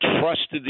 trusted